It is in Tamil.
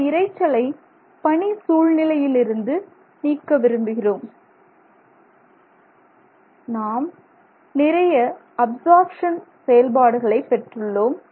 இந்த இரைச்சலை பணி சூழ்நிலையிலிருந்து நீக்க விரும்புகிறோம் நாம் நிறைய அப்சார்ப்ஷன் செயல்பாடுகளை பெற்றுள்ளோம்